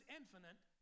infinite